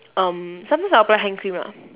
um sometimes I'll apply hand cream lah